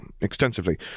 extensively